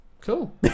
Cool